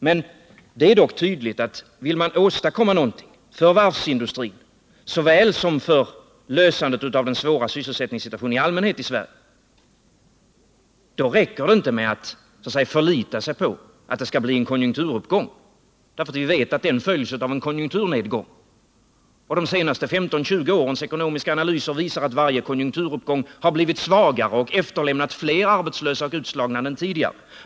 Men det är dock tydligt att vill man åstadkomma någonting för varvsindustrin liksom för lösandet av den svåra sysselsättningssituationen i allmänhet i Sverige, så räcker det inte med att så att säga förlita sig på att det skall bli en konjunkturuppgång, för vi vet ju att en sådan följs av en konjunkturnedgång. De senaste 15-20 årens ekonomiska analyser visar att varje konjunkturuppgång blivit svagare och efterlämnat fler arbetslösa och utslagna än tidigare.